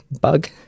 bug